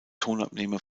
tonabnehmer